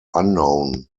unknown